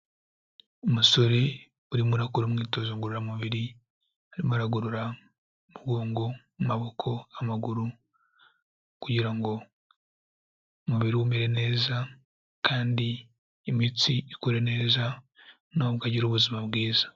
Umusore urimo urakora umyitozo ngororamubiri arimo aragorora umugongo, amaboko, amaguru kugira ngo umubiri we umere neza kandi imitsi ikure neza, nawe ubwe agire ubuzima bwiza.